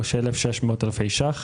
3,600 אלפי שקלים